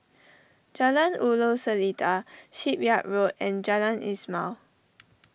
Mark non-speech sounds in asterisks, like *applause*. Jalan Ulu Seletar Shipyard Road and Jalan Ismail *noise*